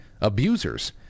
abusers